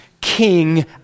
King